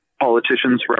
politicians